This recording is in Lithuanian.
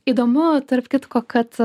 įdomu tarp kitko kad